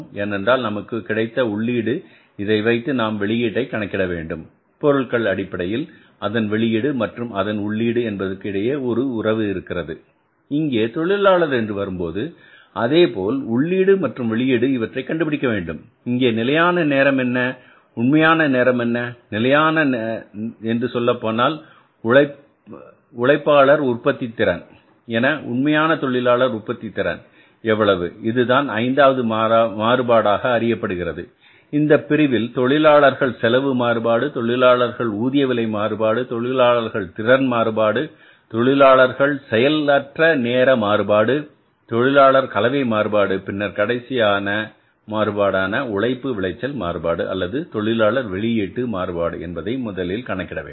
ஏனென்றால் நமக்கு கிடைத்த உள்ளீடு இதை வைத்து நாம் வெளியிடை கணக்கிட வேண்டும் பொருட்கள் அடிப்படையில் அதன் வெளியீடு மற்றும் அதன் உள்ளீடு என்பதற்கு இடையே ஒரு உறவு இருக்கிறது இங்கே தொழிலாளர் என்று வரும்போது அதேபோல் உள்ளீடு மற்றும் வெளியீடு இவற்றை கண்டுபிடிக்க வேண்டும் இங்கே நிலையான நேரம் என்ன உண்மையான நேரம் என்ன நிலையான சொல்லப்போனால் உழைப்பாளர் உற்பத்தித் திறன் என உண்மையான தொழிலாளர் உற்பத்தி திறன் எவ்வளவு இதுதான் ஐந்தாவது மாறுபாடாக அறியப்படுகிறது இந்த பிரிவில் தொழிலாளர் செலவு மாறுபாடு தொழிலாளர் ஊதிய விலை மாறுபாடு தொழிலாளர் திறன் மாறுபாடு தொழிலாளர் செயலற்ற நேர மாறுபாடு தொழிலாளர் கலவை மாறுபாடு பின்னர் கடைசி மாறுபாடான உழைப்பு உளைச்சல் மாறுபாடு அல்லது தொழிலாளர் வெளியீட்டு மாறுபாடு என்பதை முதலில் கணக்கிட வேண்டும்